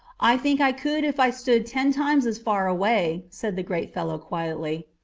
i think i could if i stood ten times as far away, said the great fellow quietly.